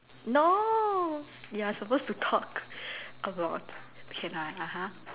no you're supposed to talk about K lah (uh huh)